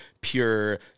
pure